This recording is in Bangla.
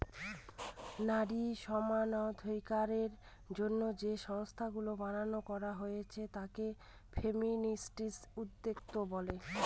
নারী সমানাধিকারের জন্য যে সংস্থাগুলা বানানো করা হয় তাকে ফেমিনিস্ট উদ্যোক্তা বলে